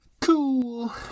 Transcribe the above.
cool